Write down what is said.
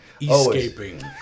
Escaping